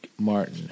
Martin